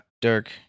Dirk